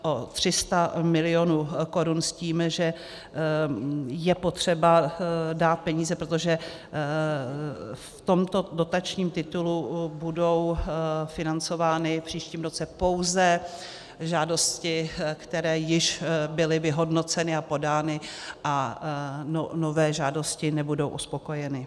O 300 mil. korun s tím, že je potřeba dát peníze, protože v tomto dotačním titulu budou financovány v příštím roce pouze žádosti, které již byly vyhodnoceny a podány, a nové žádosti nebudou uspokojeny.